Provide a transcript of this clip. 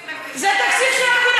אתם היחידים, זה התקציב של הסיעה שלכם?